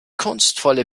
kunstvolle